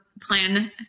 plan